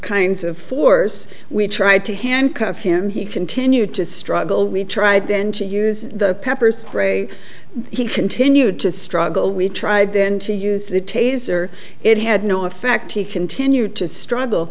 kinds of force we tried to handcuff him he continued to struggle we tried then to use the pepper spray he continued to struggle we tried then to use the taser it had no effect he continued to struggle